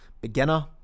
beginner